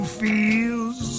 feels